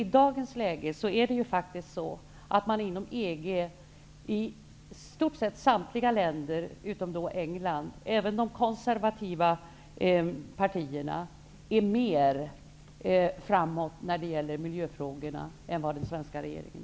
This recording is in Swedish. I dagens läge är faktiskt i stort sett samtliga länder, utom England -- även de konservativa partierna -- mer framåt när det gäller miljöfrågorna än den svenska regeringen.